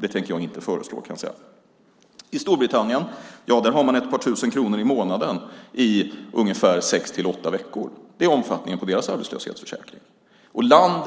Det tänker jag inte föreslå. I Storbritannien får man ett par tusen kronor i månaden i sex till åtta veckor. Det är omfattningen på deras arbetslöshetsförsäkring. För land